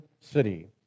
city